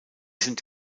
sind